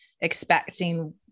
expecting